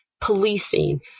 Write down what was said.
policing